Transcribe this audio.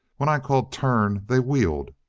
when i called turn, they wheeled.